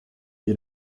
ihr